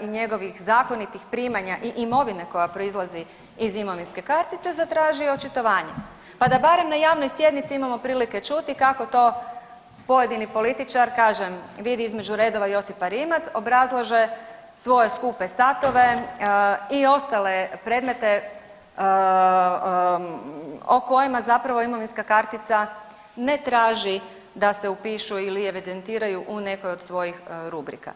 i njegovih zakonitih primanja i imovine koja proizlazi iz imovinske kartice zatraži očitovanje, pa da barem na javnoj sjednici imamo prilike čuti kako to pojedini političar kažem vidi između redova Josipa Rimac, obrazlaže svoje skupe satove i ostale predmete o kojima zapravo imovinska kartica ne traži da se upišu ili evidentiraju u nekoj od svojih rubrika.